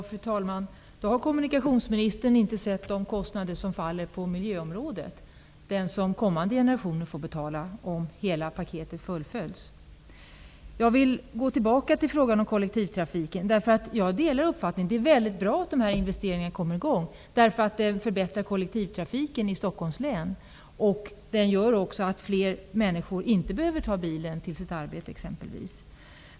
Fru talman! Då har kommunikationsministern inte sett de kostnader som faller på miljöområdet, det som kommande generationer får betala om hela Jag vill gå tillbaka till frågan om kollektivtrafiken. Jag håller med om att det är väldigt bra att investeringarna därvidlag kommit i gång därför att de förbättrar kollektivtrafiken i Stockholms län. Det gör också att fler människor inte behöver ta bilen till sitt arbete.